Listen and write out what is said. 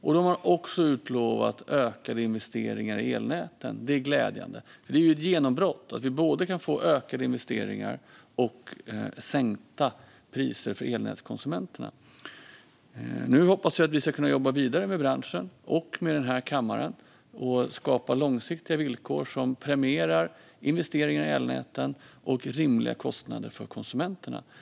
Och de har utlovat ökade investeringar i elnäten. Det är glädjande. Det är ett genombrott att vi kan få både ökade investeringar och sänkta priser för elnätskonsumenterna. Nu hoppas jag att vi kan jobba vidare med branschen och med den här kammaren för att skapa långsiktiga villkor som premierar investeringar i elnäten och rimliga kostnader för konsumenterna.